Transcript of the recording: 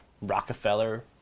Rockefeller